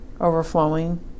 overflowing